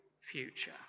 future